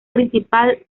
principal